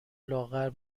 لاغر